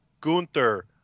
Gunther